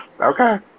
Okay